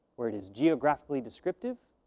where it is geographically descriptive,